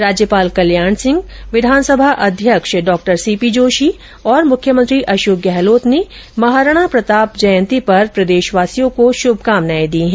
राज्यपाल कल्याण सिंह विधानसभा अध्यक्ष डॉ सी पी जोशी और मुख्यमंत्री अशोक गहलोत ने महाराणा प्रताप की जयंती पर प्रदेशवासियों को श्भकामनाएं दी हैं